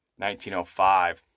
1905